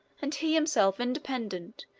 and he himself independent,